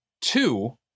two